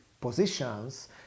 positions